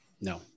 no